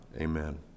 amen